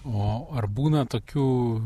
o ar būna tokių